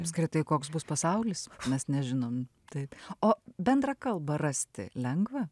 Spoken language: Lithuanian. apskritai koks bus pasaulis mes nežinom taip o bendrą kalbą rasti lengva